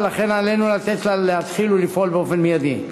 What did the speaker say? ולכן עלינו לתת לה להתחיל לפעול באופן מיידי.